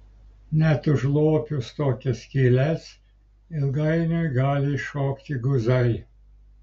net užlopius tokias skyles ilgainiui gali iššokti guzai